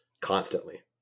constantly